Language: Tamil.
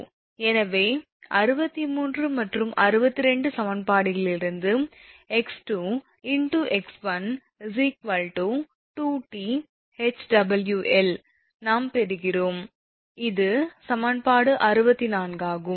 எனவே 63 மற்றும் 62 சமன்பாடுகளிலிருந்து 𝑥2 𝑥 𝑥1 2𝑇ℎ𝑊𝐿 நாம் பெறுகிறோம் இது சமன்பாடு 64 ஆகும்